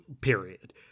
period